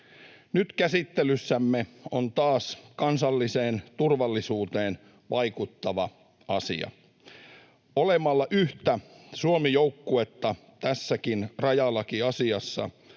Nyt käsittelyssämme on taas kansalliseen turvallisuuteen vaikuttava asia. Olemalla yhtä Suomi-joukkuetta tässä rajalakiasiassakin